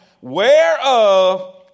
Whereof